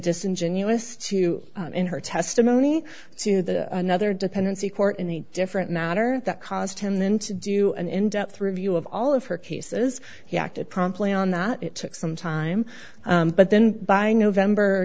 disingenuous to in her testimony to the another dependency court in a different matter that caused him then to do an in depth review of all of her cases he acted promptly on that it took some time but then by november or